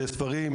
יש ספרים,